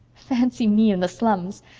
fancy me in the slums!